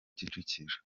kicukiro